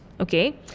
okay